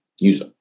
use